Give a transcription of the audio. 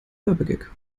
werbegag